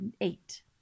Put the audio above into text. eight